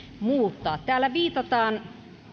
muuttaa täällä viitataan